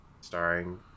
starring